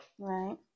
Right